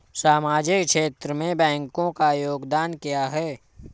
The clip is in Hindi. सामाजिक क्षेत्र में बैंकों का योगदान क्या है?